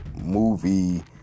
movie